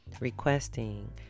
requesting